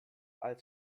als